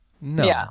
No